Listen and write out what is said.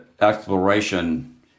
Exploration